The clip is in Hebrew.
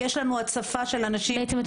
כי יש לנו הצפה של אנשים --- בעצם את